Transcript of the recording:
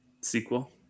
sequel